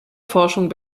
forschung